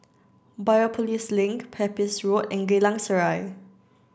Biopolis Link Pepys Road and Geylang Serai